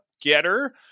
Getter